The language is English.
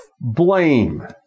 blame